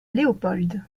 léopold